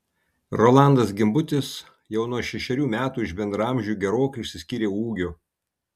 rolandas gimbutis jau nuo šešerių metų iš bendraamžių gerokai išsiskyrė ūgiu